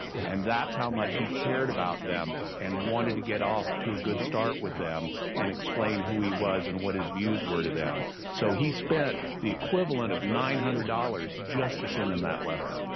and that's how much he cared about them and wanted to get off to a good start with them and explain who he was, and what his views were to them. so, he spent the equivalent of nine hundred dollars just to send them that letter!